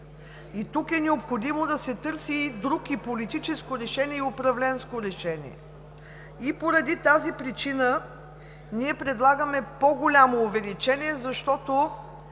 Тук е необходимо да се търси и политическо, и управленско решение. Поради тази причина ние предлагаме по-голямо увеличение, защото